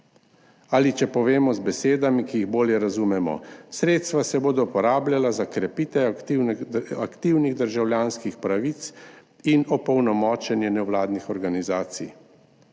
Ali če povemo z besedami, ki jih bolje razumemo: sredstva se bodo porabljala za krepitev aktivnih državljanskih pravic in opolnomočenje nevladnih organizacij.